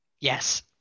Yes